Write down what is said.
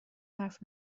حرف